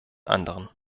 anderen